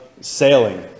sailing